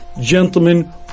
Gentlemen